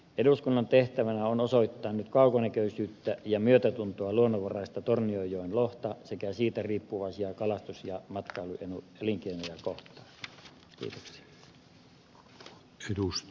eduskunnan tehtävänä on osoittaa nyt kaukonäköisyyttä ja myötätuntoa luonnonvaraista tornionjoen lohta sekä siitä riippuvaisia kalastus ja matkailuelinkeinoja kohtaan